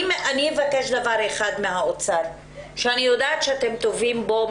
אני מבקשת דבר אחד מהאוצר שאני יודעת שאתם טובים בזה,